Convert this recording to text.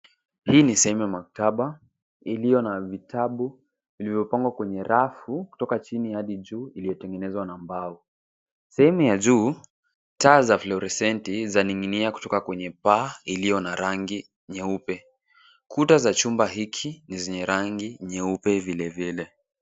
Hii ni sehemu ya maktaba iliyo na vitabu vilivyopangwa kwenye rafu kutoka chini hadi juu iliyotengenezwa na mbao. Sehemu ya juu taa za fluorescent zaning'inia kutoka kwenye paa iliyo na rangi nyeupe. Kuta za chumba hiki ni zenye rangi nyeupe vilevile.